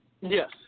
Yes